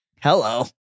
Hello